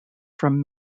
from